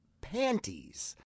panties